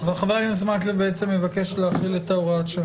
יש סעיף שקשור להגנת הפרטיות?